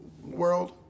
world